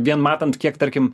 vien matant kiek tarkim